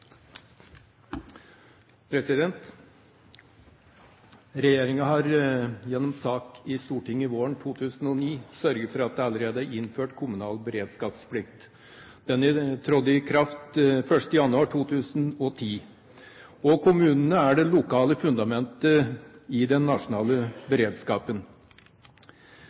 9. Regjeringen har gjennom sak i Stortinget våren 2009 sørget for at det allerede er innført kommunal beredskapsplikt. Den trådte i kraft 1. januar 2010. Kommunene er det lokale fundamentet i den nasjonale beredskapen.